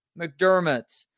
McDermott